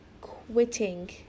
quitting